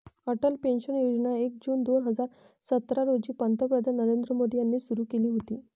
Atal pension योजना एक जून दोन हजार सतरा रोजी पंतप्रधान नरेंद्र मोदी यांनी सुरू केली होती